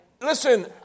Listen